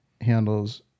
handles